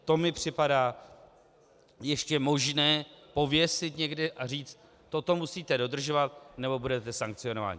To mi připadá ještě možné pověsit někde a říct: toto musíte dodržovat, nebo budete sankcionováni.